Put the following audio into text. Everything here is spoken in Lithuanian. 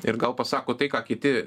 ir gal pasako tai ką kiti